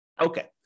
Okay